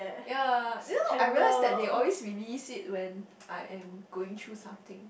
ya you know I realise that they always release it when I'm going through something